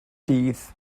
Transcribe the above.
dydd